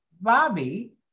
Bobby